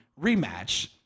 rematch –